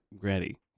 Grady